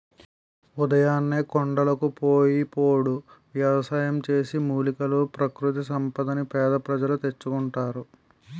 ఉదయాన్నే కొండలకు పోయి పోడు వ్యవసాయం చేసి, మూలికలు, ప్రకృతి సంపదని పేద ప్రజలు తెచ్చుకుంటారు